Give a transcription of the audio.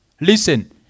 Listen